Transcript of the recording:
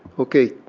okay.